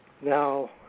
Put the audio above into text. Now